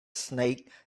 snake